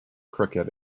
cricket